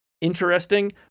interesting